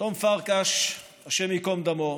תם פרקש, השם ייקום דמו,